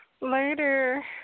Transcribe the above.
Later